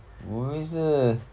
我以为是